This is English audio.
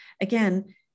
Again